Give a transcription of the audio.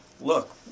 look